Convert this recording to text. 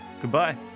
Goodbye